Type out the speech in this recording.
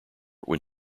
when